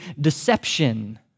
deception